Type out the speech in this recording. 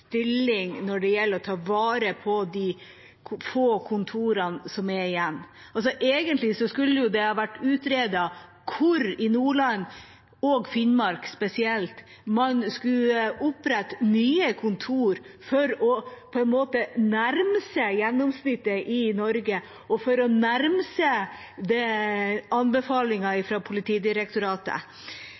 stilling når det gjelder å ta vare på de få kontorene som er igjen. Egentlig skulle det vært utredet hvor i spesielt Nordland og Finnmark man skulle opprette nye kontor for på en måte å nærme seg gjennomsnittet i Norge, og for å nærme seg anbefalingen fra Politidirektoratet.